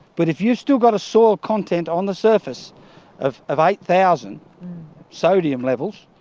but if you've still got a soil content on the surface of of eight thousand sodium levels,